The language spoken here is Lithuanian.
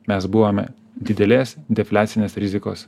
mes buvome didelės defliacinės rizikos